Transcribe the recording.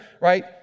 Right